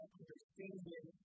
understanding